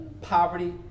poverty